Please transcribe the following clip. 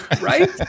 right